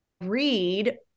read